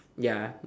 ya